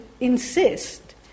insist